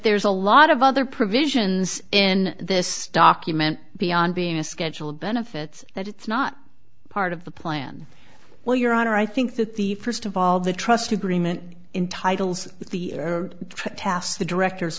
there's a lot of other provisions in this document beyond being a schedule of benefits that it's not part of the plan well your honor i think that the first of all the trust agreement in titles the tasks the directors